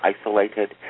isolated